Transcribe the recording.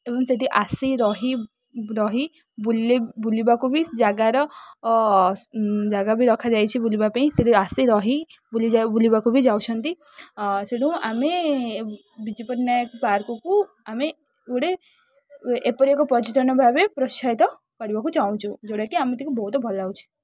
ଏବଂ ସେଠି ଆସି ରହି ରହି ବୁଲିବାକୁ ବି ଜାଗାର ଜାଗା ବି ରଖାଯାଇଛି ବୁଲିବା ପାଇଁ ସେଠି ଆସି ରହି ବୁଲିବାକୁ ବି ଯାଉଛନ୍ତି ସେେଣୁ ଆମେ ବିଜୁପଟନାୟକ ପାର୍କକୁ ଆମେ ଗୋଟେ ଏପରି ଏକ ପର୍ଯ୍ୟଟନ ଭାବେ ପ୍ରୋତ୍ସାହିତ କରିବାକୁ ଚାହୁଁଛୁ ଯେଉଁଟାକି ଆମକୁ ବହୁତ ଭଲ ଲାଗୁଛି